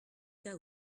cas